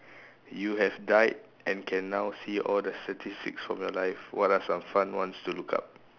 you have died and can now see all the statistics from your life what are some fun ones to look up